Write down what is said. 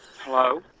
Hello